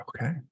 Okay